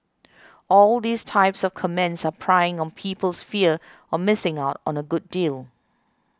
all these type of comments are preying on people's fear on missing out on a good deal